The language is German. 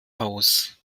haus